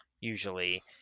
Usually